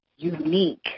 unique